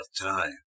time